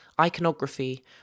iconography